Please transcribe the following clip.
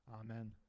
Amen